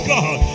God